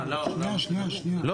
אני